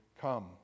come